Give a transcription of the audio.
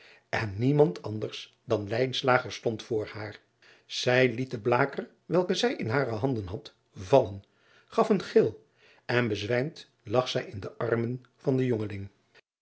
en niemand anders dan stond voor haar ij liet den blaker welken zij in hare handen had vallen gaf een gil en bezwijmd lag zij in de armen van den